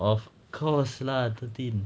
of course lah thirteen